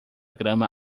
grama